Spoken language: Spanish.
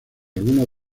algunas